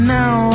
now